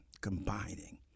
combining